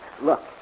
Look